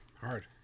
Hard